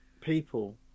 people